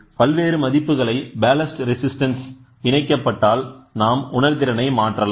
பல்வேறு மதிப்புகளை ballast resistance இணைக்கப்பட்டால் நாம் உணர்திறனை மாற்றலாம்